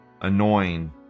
Annoying